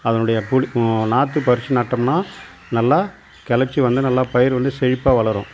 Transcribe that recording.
அதனுடைய பிடி நாற்று பறிச்சு நட்டோம்னா நல்லா கிளச்சி வந்து நல்லா பயிர் வந்து செழிப்பாக வளரும்